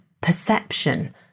perception